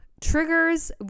triggers